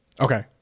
Okay